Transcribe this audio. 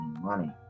money